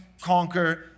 conquer